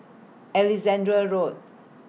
Alexandra Road